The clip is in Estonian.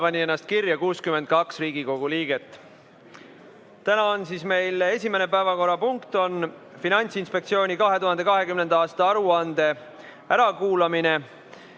pani ennast kirja 62 Riigikogu liiget. Täna on meil esimene päevakorrapunkt Finantsinspektsiooni 2020. aasta aruande ärakuulamine.